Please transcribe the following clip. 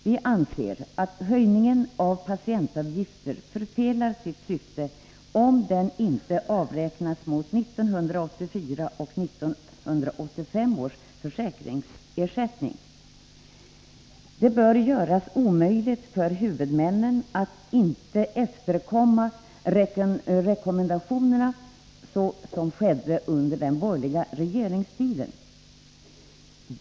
Vi anser att höjningen av patientavgifter förfelar sitt syfte, om den inte avräknas mot 1984 och 1985 års försäkringsersättning. Det bör göras omöjligt, såsom var fallet under den borgerliga regeringstiden, för huvudmännen att inte efterkomma rekommendationerna.